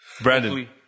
Brandon